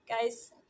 guys